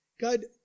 God